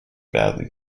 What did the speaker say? badly